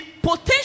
potential